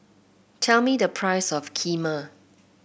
tell me the price of Kheema